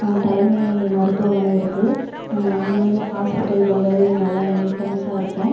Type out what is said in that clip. தலைமை மருத்துவமனை இருக்குது அங்கு வந்து ஹாஸ்பிட்டல் ரொம்பவே நல்ல நீட்டன்ஸாக இருக்கும்